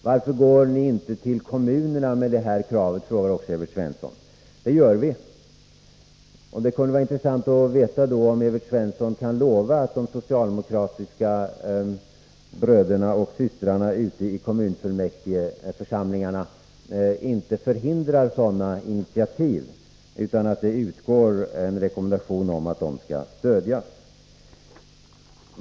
Varför går ni inte till kommunerna med det här kravet? frågar Evert Svensson vidare. Det gör vi. Det kunde vara intressant att veta om Evert Svensson kan lova att de socialdemokratiska bröderna och systrarna ute i kommunfullmäktigeförsamlingarna i fortsättningen låter bli att förhindra sådana initiativ, att det i stället utgår en rekommendation om att de skall stödjas.